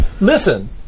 Listen